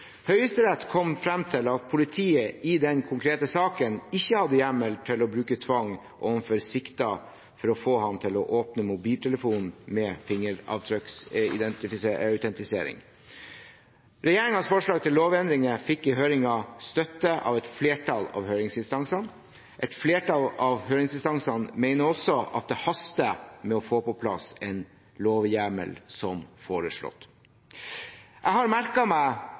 Høyesterett kom frem til at politiet i den konkrete saken ikke hadde hjemmel for å bruke tvang overfor siktede for å få ham til å åpne mobiltelefonen med fingeravtrykksautentisering. Regjeringens forslag til lovendringer fikk i høringen støtte av et flertall av høringsinstansene. Et flertall av høringsinstansene mener også at det haster med å få på plass en lovhjemmel som foreslått. Jeg har merket meg